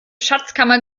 schatzkammer